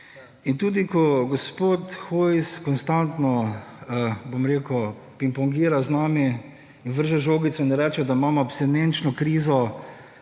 Tudi ko gospod Hojs konstantno pingpongira z nami in vrže žogico in reče, da imamo abstinenčno krizo